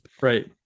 Right